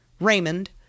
Raymond